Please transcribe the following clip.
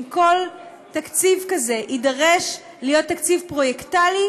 אם כל תקציב כזה יידרש להיות תקציב פרויקטלי,